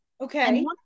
okay